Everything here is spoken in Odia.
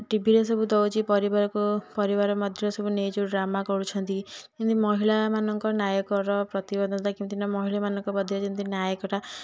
ଟିଭିରେ ସବୁ ଦେଉଛି ପରିବାରକୁ ପରିବାର ମଧ୍ୟରେ ସବୁ ନେଇ ଯେଉଁ ଡ୍ରାମା କରୁଛନ୍ତି ସେମିତି ମହିଳାମାନଙ୍କର ନାୟକର ପ୍ରତିବଦଳତା କେମିତି ନା ମହିଳାମାଙ୍କ ମଧ୍ୟରେ ଯେମିତି ନାୟକଟା